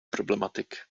problematic